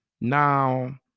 Now